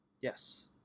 Yes